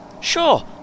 Sure